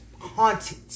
Haunted